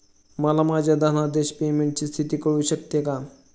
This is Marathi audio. मला माझ्या धनादेश पेमेंटची स्थिती कळू शकते का?